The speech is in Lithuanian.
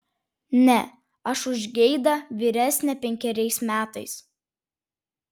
ne aš už geidą vyresnė penkeriais metais